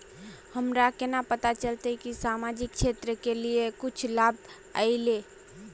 हमरा केना पता चलते की सामाजिक क्षेत्र के लिए कुछ लाभ आयले?